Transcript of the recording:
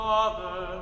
Father